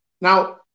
Now